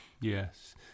Yes